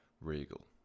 Regal